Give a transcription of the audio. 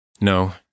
No